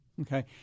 okay